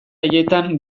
haietan